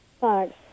Thanks